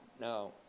no